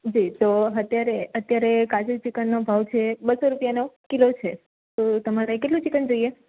જી તો અત્યારે કાચું ચીકનનો ભાવ છે બસો રૂપિયાનો કિલો છે તો તમારે કેટલું ચિકન જોઈએ